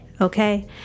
Okay